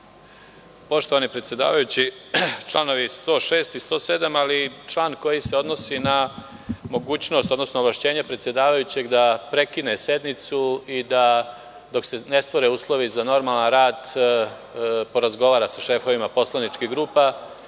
Poštovani predsedavajući, članovi 106. i 107, ali i član koji se odnosi na mogućnost, odnosno ovlašćenja predsedavajućeg da prekine sednicu i da dok se ne stvore uslovi za normalan rad porazgovara sa šefovima poslaničkih grupa.